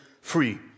free